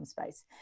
space